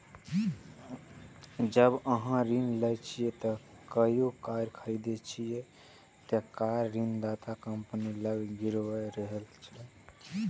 जब अहां ऋण लए कए कार खरीदै छियै, ते कार ऋणदाता कंपनी लग गिरवी रहै छै